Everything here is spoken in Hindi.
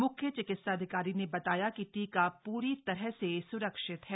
मुख्य चिकित्साधिकारी ने बताया कि टीका पूरी तरह से सुरक्षित है